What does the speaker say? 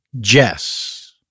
Jess